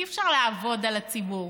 אי-אפשר לעבוד על הציבור.